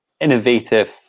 innovative